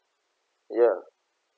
ya